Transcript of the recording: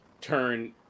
turn